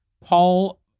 Paul